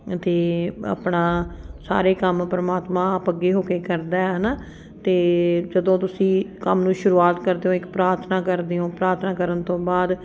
ਅਤੇ ਆਪਣਾ ਸਾਰੇ ਕੰਮ ਪਰਮਾਤਮਾ ਆਪ ਅੱਗੇ ਹੋ ਕੇ ਕਰਦਾ ਹੈ ਨਾ ਅਤੇ ਜਦੋਂ ਤੁਸੀਂ ਕੰਮ ਨੂੰ ਸ਼ੁਰੂਆਤ ਕਰਦੇ ਹੋ ਇੱਕ ਪ੍ਰਾਰਥਨਾ ਕਰਦੇ ਹੋ ਪ੍ਰਾਰਥਨਾ ਕਰਨ ਤੋਂ ਬਾਅਦ